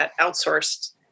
outsourced